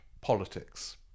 politics